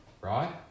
right